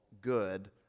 good